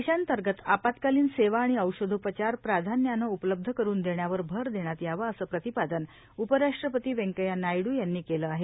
देशांतर्गत आपत्कालीव सेवा आणि औषधोपचार प्राधाब्यावी उपलब्ध करून देण्यावर भर देण्यात चावा असं प्रतिपादन उपयष्ट्रपती व्येंकच्या नायद्व यांनी केलं आहे